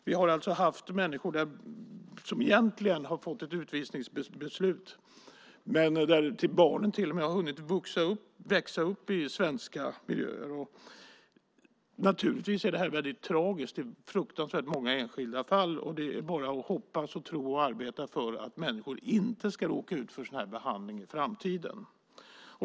Vi har alltså haft människor som egentligen har fått ett utvisningsbeslut men där barnen till och med har hunnit växa upp i svenska miljöer. Det är naturligtvis väldigt tragiskt i många enskilda fall, och det är bara att hoppas och tro och att arbeta för att människor inte ska råka ut för sådan här behandling i framtiden.